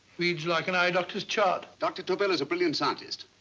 reads like an eye doctor's chart. dr. tobel is a brilliant scientist.